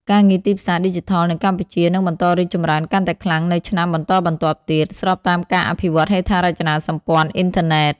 ការងារទីផ្សារឌីជីថលនៅកម្ពុជានឹងបន្តរីកចម្រើនកាន់តែខ្លាំងនៅឆ្នាំបន្តបន្ទាប់ទៀត ស្របតាមការអភិវឌ្ឍហេដ្ឋារចនាសម្ព័ន្ធអ៊ីនធឺណិត។